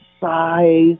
size